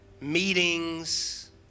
meetings